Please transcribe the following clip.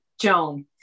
Joan